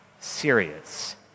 serious